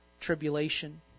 tribulation